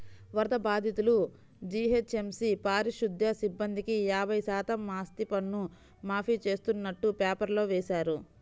వరద బాధితులు, జీహెచ్ఎంసీ పారిశుధ్య సిబ్బందికి యాభై శాతం ఆస్తిపన్ను మాఫీ చేస్తున్నట్టు పేపర్లో వేశారు